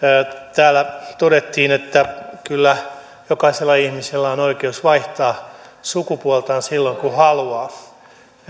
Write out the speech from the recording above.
täällä todettiin että kyllä jokaisella ihmisellä on oikeus vaihtaa sukupuoltaan silloin kun haluaa